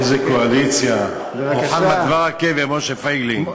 איזו קואליציה, מוחמד ברכה ומשה פייגלין.